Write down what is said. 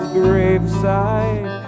graveside